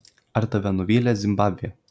ar tave nuvylė zimbabvė